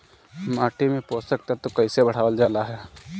माटी में पोषक तत्व कईसे बढ़ावल जाला ह?